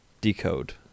Decode